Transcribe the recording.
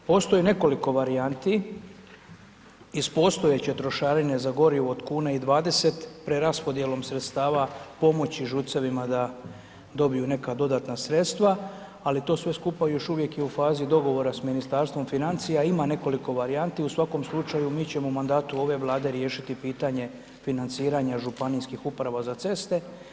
Postoji nekoliko varijanti, iz postojeće trošarine za gorivo od 1,20 preraspodjelom sredstava pomoći ŽUC-evima da dobiju neka dodatna sredstva, ali to sve skupa još uvijek je u fazi dogovora s Ministarstvom financija, ima nekoliko varijanti, u svakom slučaju mi ćemo u mandatu ove Vlade riješiti pitanje financiranja županijskih uprava za ceste.